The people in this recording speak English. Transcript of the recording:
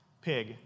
pig